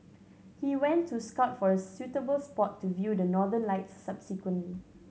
he went to scout for a suitable spot to view the Northern Lights subsequently